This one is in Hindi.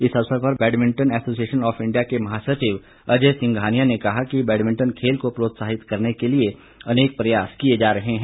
इस अवसर पर बैडमिंटन एसोसिएशन ऑफ इंडिया के महासचिव अजय सिंघानिया ने कहा कि बैडमिंटन खेल को प्रोत्साहित करने के लिए अनेक प्रयास किए जा रहे हैं